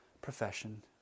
profession